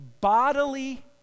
bodily